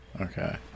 Okay